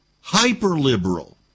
Hyper-liberal